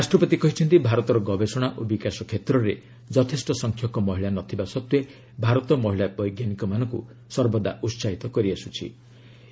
ରାଷ୍ଟ୍ରପତି କହିଛନ୍ତି ଭାରତର ଗବେଷଣା ଓ ବିକାଶ କ୍ଷେତ୍ରରେ ଯଥେଷ୍ଟ ସଂଖ୍ୟକ ମହିଳା ନଥିବା ସତ୍ତ୍ୱେ ଭାରତ ମହିଳା ବୈଜ୍ଞାନିକମାନଙ୍କୁ ସର୍ବଦା ଉହାହିତ କରି ଆସ୍କଚ୍ଚି